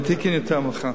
ותיקין יותר מאוחר.